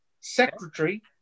Secretary